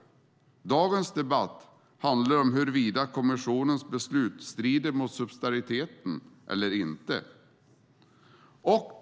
Dagens debatt handlar om huruvida kommissionens beslut strider mot subsidiaritetsprincipen eller inte.